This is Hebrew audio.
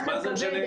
מה זה משנה?